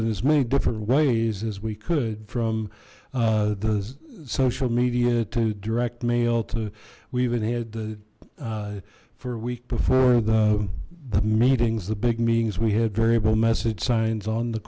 as many different ways as we could from the social media to direct mail to we even had the for a week before the meetings the big meetings we had variable message signs on the